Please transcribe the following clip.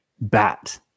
bat